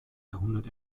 jahrhundert